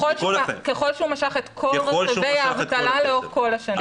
ככל שהוא משך את כל רכיבי האבטלה לאורך כל השנים.